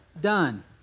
done